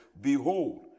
behold